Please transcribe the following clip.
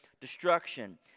destruction